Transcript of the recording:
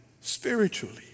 Spiritually